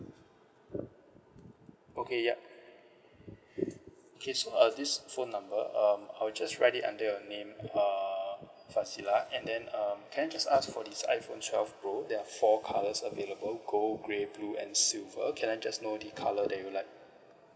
okay yup okay so uh this phone number um I will just write it under your name uh fazilah and then um can I just ask for this iphone twelve pro there are four colours available gold grey blue and silver can I just know the colour that you'd like